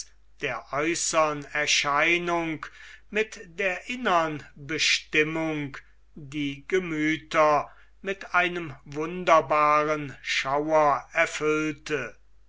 der äußern erscheinung mit der innern bestimmung die gemüther mit einem wunderbaren schauer